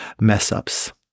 mess-ups